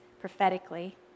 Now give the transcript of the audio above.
prophetically